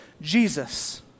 Jesus